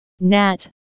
Nat